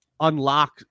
Unlock